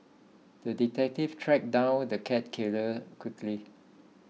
the detective tracked down the cat killer quickly